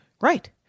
right